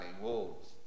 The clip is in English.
wolves